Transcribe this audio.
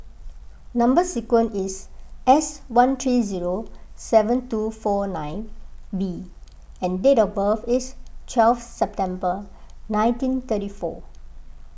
Number Sequence is S one three zero seven two four nine B and date of birth is twelve September nineteen thirty four